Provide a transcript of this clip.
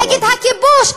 נגד הכיבוש.